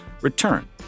return